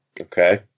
Okay